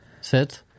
Sit